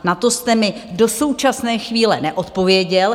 Na to jste mi do současné chvíle neodpověděl.